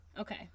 Okay